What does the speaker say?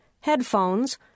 headphones